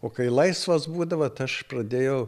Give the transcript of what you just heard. o kai laisvas būdavo tai aš pradėjau